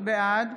בעד